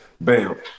Bam